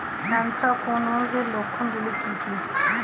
Anthracnose এর লক্ষণ গুলো কি কি?